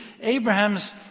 Abraham's